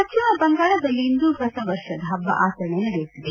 ಪಶ್ಚಿಮ ಬಂಗಾಳದಲ್ಲಿಂದು ಹೊಸವರ್ಷ ಹಬ್ಬ ಆಚರಣೆ ನಡೆಯುತ್ತಿದೆ